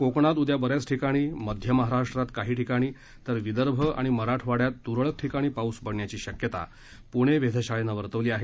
कोकणात उद्या बऱ्याच ठिकाणी मध्य महाराष्ट्रात काही ठिकाणी तर विदर्भ आणि मराठवाङ्यात तुरळक ठिकाणी पाऊस पडण्याची शक्यता पूणे वेधशाळेनं वर्तवली आहे